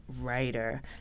writer